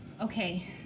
Okay